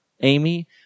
Amy